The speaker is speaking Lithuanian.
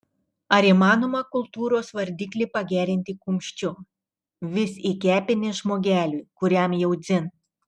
ar įmanoma kultūros vardiklį pagerinti kumščiu vis į kepenis žmogeliui kuriam jau dzin